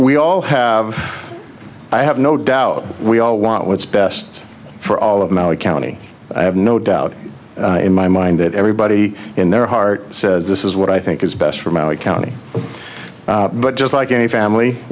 we all have i have no doubt we all want what's best for all of maui county i have no doubt in my mind that everybody in their heart says this is what i think is best for maui county but just like any family